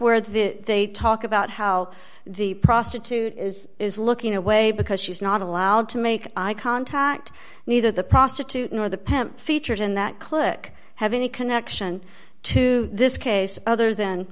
where the they talk about how the prostitute is is looking away because she's not allowed to make eye contact neither the prostitute nor the pep featured in that click have any connection to this case other than